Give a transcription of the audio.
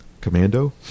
commando